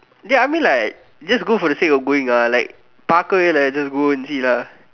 dey I mean like just go for the sake of going lah like பார்க்கவே இல்ல:paarkkavee illa like then just go and see lah